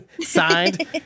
Signed